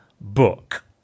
book